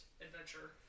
adventure